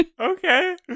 Okay